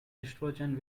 estrogen